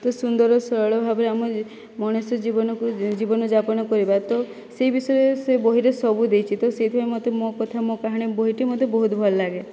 ତ ସୁନ୍ଦର ସରଳ ଭାବରେ ଆମେ ମଣିଷ ଜୀବନକୁ ଜୀବନ ଜାପାନ କରିବା ତ ସେହି ବିଷୟରେ ସେ ବହିରେ ସବୁ ଦେଇଛି ତ ସେଥିପାଇଁ ମୋତେ ମୋ କଥା ମୋ କାହାଣୀ ବହିଟି ମୋତେ ବହୁତ ଭଲ ଲାଗେ